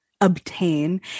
obtain